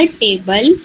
table